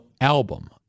album